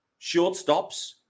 shortstops